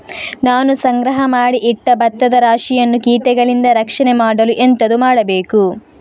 ನಾನು ಸಂಗ್ರಹ ಮಾಡಿ ಇಟ್ಟ ಭತ್ತದ ರಾಶಿಯನ್ನು ಕೀಟಗಳಿಂದ ರಕ್ಷಣೆ ಮಾಡಲು ಎಂತದು ಮಾಡಬೇಕು?